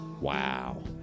Wow